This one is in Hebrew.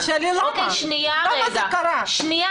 תשאלי למה, למה זה קרה.